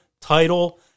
title